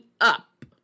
up